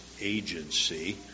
agency